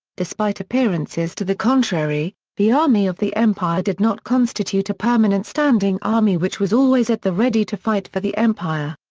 despite appearances to the contrary, the army of the empire did not constitute a permanent standing army which was always at the ready to fight for the empire.